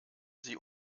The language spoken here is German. sie